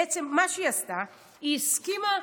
בעצם, מה שהיא עשתה, היא הסכימה,